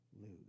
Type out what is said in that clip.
lose